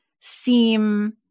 seem